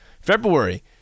February